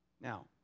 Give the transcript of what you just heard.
Now